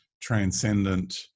transcendent